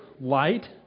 light